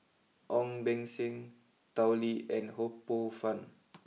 Ong Beng Seng Tao Li and Ho Poh fun